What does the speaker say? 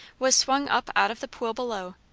was swung up out of the pool below,